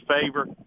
favor